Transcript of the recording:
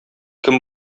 кем